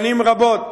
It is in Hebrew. שנים רבות